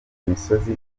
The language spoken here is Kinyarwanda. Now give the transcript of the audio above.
imisozi